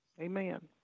Amen